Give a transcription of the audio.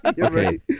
Okay